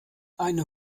eine